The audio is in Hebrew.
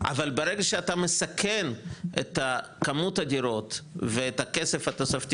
אבל ברגע שאתה מסכן את הכמות הדירות ואת הכסף התוספתי